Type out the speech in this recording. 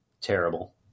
terrible